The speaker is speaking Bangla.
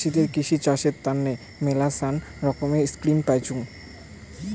চাষীদের কৃষিকাজের তন্ন মেলাছান রকমের স্কিম পাইচুঙ